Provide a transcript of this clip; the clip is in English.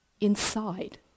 inside